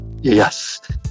yes